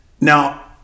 now